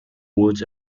woods